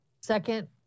Second